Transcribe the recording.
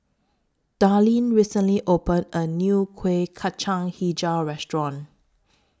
Darleen recently opened A New Kueh Kacang Hijau Restaurant